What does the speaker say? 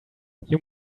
you